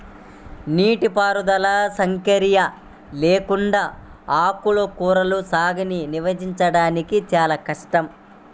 నీటిపారుదల సౌకర్యం లేకుండా ఆకుకూరల సాగుని నిర్వహించడం చాలా కష్టం